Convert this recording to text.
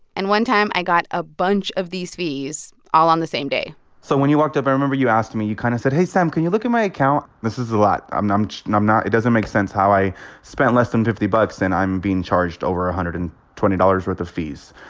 and one time, i got a bunch of these fees all on the same day so when you walked up, i remember you asked me you kind of said, hey, sam, can you look at my account? this is a lot. i'm i'm and not it doesn't make sense how i spent less than fifty bucks, and i'm being charged over one ah hundred and twenty dollars worth of fees.